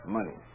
Money